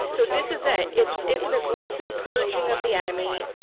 so this is it. it's it's an aggressive purging of the enemy.